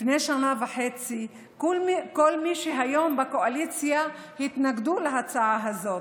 לפני שנה וחצי כל מי שהיום בקואליציה התנגדו להצעה הזאת.